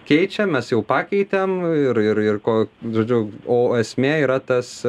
keičiam mes jau pakeitėm ir ir ir ko žodžiu o esmė yra tas